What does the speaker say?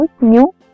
new